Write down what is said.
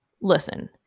listen